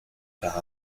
par